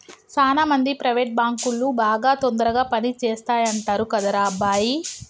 సాన మంది ప్రైవేట్ బాంకులు బాగా తొందరగా పని చేస్తాయంటరు కదరా అబ్బాయి